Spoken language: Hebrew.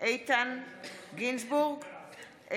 איתן גינזבורג,